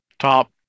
Top